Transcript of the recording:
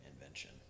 invention